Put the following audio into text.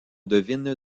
devine